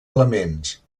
elements